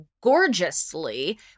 Gorgeously